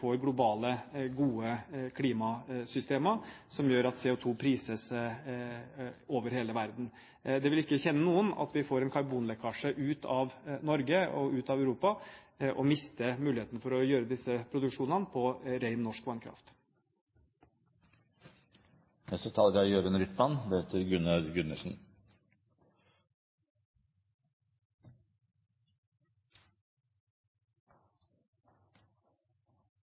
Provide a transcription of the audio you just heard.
globale, gode klimasystemer som gjør at CO2 prises over hele verden. Det vil ikke tjene noen at vi får en karbonlekkasje ut av Norge og ut av Europa, og at vi mister muligheten for å gjøre disse produksjonene på ren, norsk